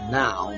now